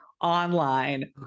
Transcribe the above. online